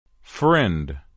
Friend